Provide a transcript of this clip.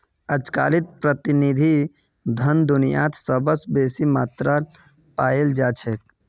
अजकालित प्रतिनिधि धन दुनियात सबस बेसी मात्रात पायाल जा छेक